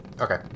Okay